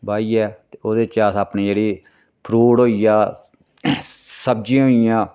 बाहियै ते ओह्दे च अस अपनी जेह्ड़ी फ्रूट होई गेआ सब्जियां होई गेइयां